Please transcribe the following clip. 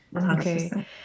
Okay